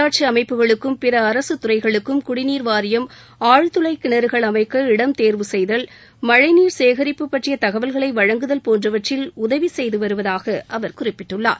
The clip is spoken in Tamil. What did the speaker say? உள்ளாட்சி அமைப்புகளுக்கும் பிற அரசுத் துறைகளுக்கும் குடிநீர் வாரியம் ஆழ்துளை கிணறுகள் அமைக்க இடம் தேர்வு செய்தல் மழை நீர் சேகரிப்பு பற்றிய தகவல்களை வழங்குதல் போன்றவற்றில் உதவி செய்து வருவதாக அவர் குறிப்பிட்டுள்ளார்